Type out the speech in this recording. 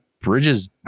bridges